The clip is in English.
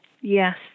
Yes